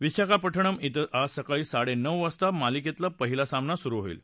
विशाखापट्टणम इथं आज सकाळी साडेनऊ वाजता मालिकेतला पहिला सामना सुरू होईल